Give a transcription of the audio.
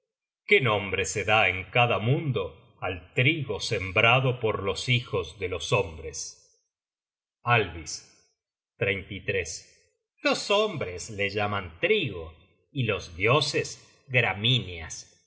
qué nombre se da en cada mundo al trigo sembrado por los hijos de los hombres alvis los hombres le llaman trigo y los dioses gramíneas